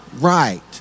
right